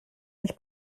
sich